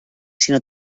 sinó